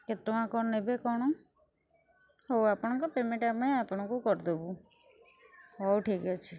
କେତେ ଟଙ୍କା କ'ଣ ନେବେ କ'ଣ ହେଉ ଆପଣଙ୍କ ପେମେଣ୍ଟ୍ ଆମେ ଆପଣଙ୍କୁ କରିଦବୁ ହଉ ଠିକ୍ ଅଛି